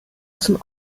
zum